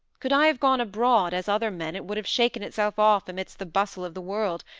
could i have gone abroad, as other men, it would have shaken itself off amidst the bustle of the world,